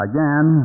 Again